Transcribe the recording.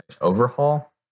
Overhaul